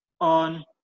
on